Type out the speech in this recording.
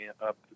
up